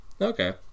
Okay